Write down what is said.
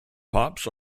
pops